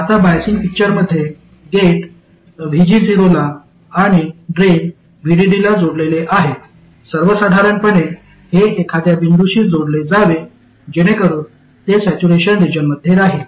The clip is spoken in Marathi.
आता बायसिंग पिक्चरमध्ये गेट VG0 ला आणि ड्रेन VDD ला जोडलेले आहे सर्वसाधारणपणे हे एखाद्या बिंदूशी जोडले जावे जेणेकरून ते सॅच्युरेशन रिजनमध्ये राहील